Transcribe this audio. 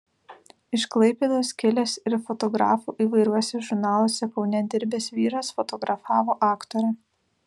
iš klaipėdos kilęs ir fotografu įvairiuose žurnaluose kaune dirbęs vyras fotografavo aktorę